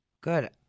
Good